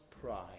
pride